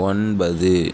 ஒன்பது